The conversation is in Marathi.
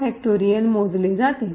शेवटी मोजले जाते